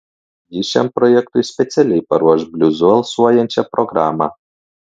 ji šiam projektui specialiai paruoš bliuzu alsuojančią programą